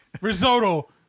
Risotto